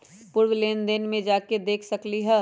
पूर्व लेन देन में जाके देखसकली ह?